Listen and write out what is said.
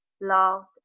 loved